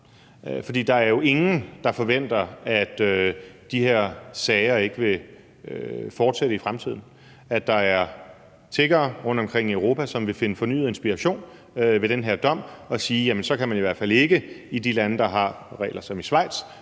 Der er jo ingen, der forventer, at de her sager ikke vil fortsætte i fremtiden. Der vil være tiggere rundtomkring i Europa, som vil finde fornyet inspiration i den her dom og sige: De kan i hvert fald ikke i de lande, der har regler som i Schweiz,